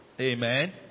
Amen